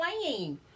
playing